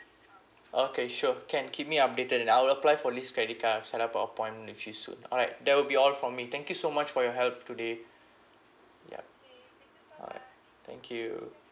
okay sure can keep me updated and I'll apply for this credit card I'll setup an appointment with you soon alright there will be all from me thank you so much for your help today yup alright thank you